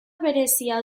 berezia